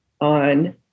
on